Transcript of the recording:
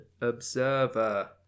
Observer